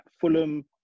Fulham